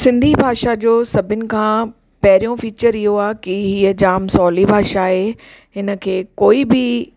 सिंधी भाषा जो सभिनि खां पहिरियों फीचर इहो आहे की हीअ जाम सवली भाषा आहे हिनखे कोई बि